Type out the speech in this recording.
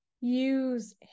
use